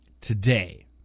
today